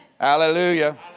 Hallelujah